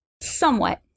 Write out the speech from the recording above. somewhat